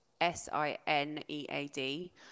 s-i-n-e-a-d